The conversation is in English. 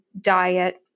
diet